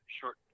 short